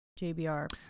jbr